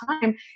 time